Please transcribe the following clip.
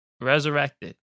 resurrected